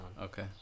Okay